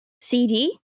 CD